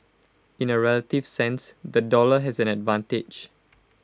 in A relative sense the dollar has an advantage